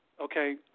okay